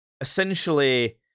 essentially